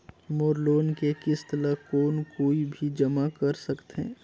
मोर loan के किस्त ल कौन कोई भी जमा कर सकथे?